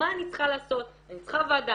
מה אני צריכה לעשות אני צריכה ועדה,